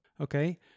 okay